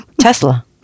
Tesla